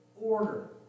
order